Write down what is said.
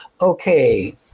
okay